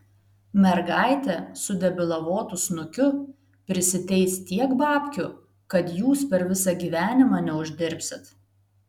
mergaitė su debilavotu snukiu prisiteis tiek babkių kad jūs per visą gyvenimą neuždirbsit